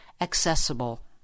accessible